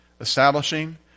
establishing